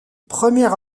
premier